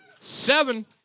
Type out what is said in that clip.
Seven